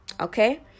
Okay